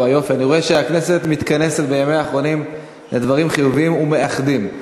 אני רואה שהכנסת מתכנסת בימיה האחרונים לדברים חיוביים ומאחדים.